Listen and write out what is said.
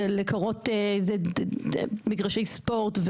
לקרות מגרשי ספורט,